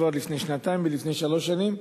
כבר לפני שנתיים ולפני שלוש שנים,